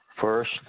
first